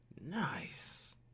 Nice